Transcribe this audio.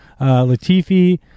Latifi